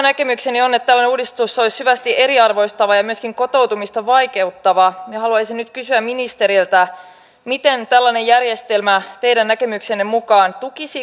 summa on että uudistus oli selvästi eriarvoistava ihmisten kotoutumista koko valtiontalouden mittakaavassa hyvin pieni mutta tämän toiminnan näkökulmasta aivan keskeinen